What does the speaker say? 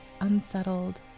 unsettled